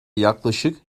yaklaşık